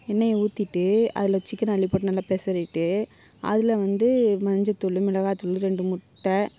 எண்ணெயை ஊற்றிட்டு அதில் சிக்கனை அள்ளி போட்டு நல்லா பெசரிவிட்டு அதில் வந்து மஞ்சள் தூள் மிளகாய் தூள் ரெண்டு முட்டை